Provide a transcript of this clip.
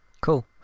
cool